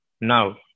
now